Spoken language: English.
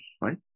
right